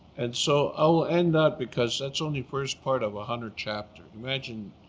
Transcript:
and so i will end that because that's only first part of a hundred chapters. imagine